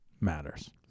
matters